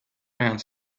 around